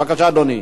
בבקשה, אדוני.